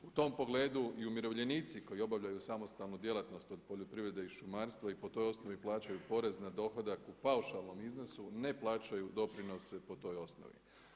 U tom pogledu i umirovljenici koji obavljaju samostalnu djelatnost od poljoprivrede i šumarstva i po toj osnovi plaćaju porez na dohodak u paušalnom iznosu ne plaćaju doprinose po toj osnovi.